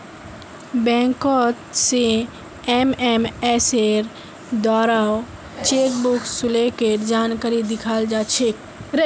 बैंकोत से एसएमएसेर द्वाराओ चेकबुक शुल्केर जानकारी दयाल जा छेक